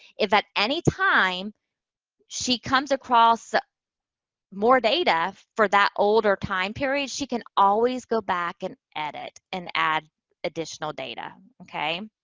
if at any time she comes across more data for that older time period, she can always go back and edit and add additional data. okay?